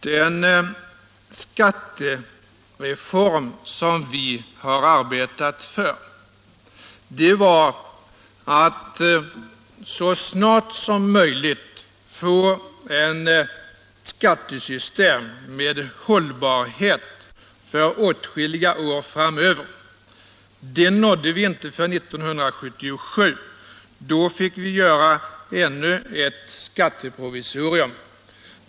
Den skattereform som vi har arbetat för innebar att så snart som möjligt få ett skattesystem med hållbarhet för åtskilliga år framöver. Det nådde vi inte för 1977. Då fick vi göra ännu ett skatteprovisorium.